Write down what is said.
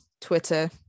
Twitter